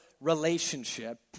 relationship